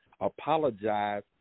apologize